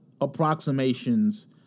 approximations